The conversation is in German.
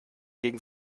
gegen